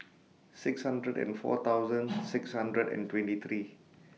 six hundred and four thousand six hundred and twenty three